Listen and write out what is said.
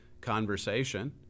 conversation